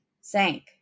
sank